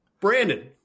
Brandon